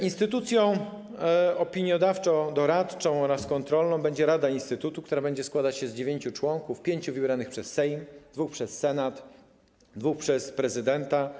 Instytucją opiniodawczo-doradczą oraz kontrolną będzie rada instytutu, która będzie składać się z dziewięciu członków - pięciu wybranych przez Sejm, dwóch przez Senat, dwóch przez prezydenta.